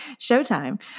Showtime